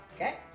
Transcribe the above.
Okay